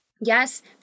Yes